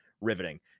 riveting